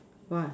!wah!